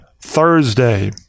Thursday